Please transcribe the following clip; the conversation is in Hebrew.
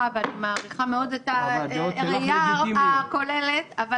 ואני מעריכה מאוד את הראייה הכוללת שלך,